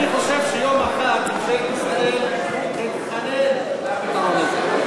אני חושב שיום אחד ממשלת ישראל תתחנן לפתרון הזה.